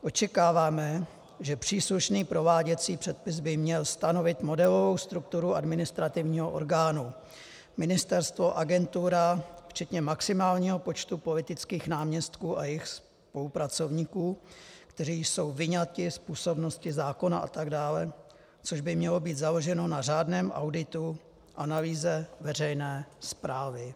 Očekáváme, že příslušný prováděcí předpis by měl stanovit modelovou strukturu administrativního orgánu ministerstvo, agentura , včetně maximálního počtu politických náměstků a jejich spolupracovníků, kteří jsou vyňati z působnosti zákona, atd., což by mělo být založeno na řádném auditu/analýze veřejné správy.